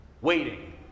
waiting